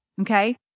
okay